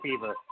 fever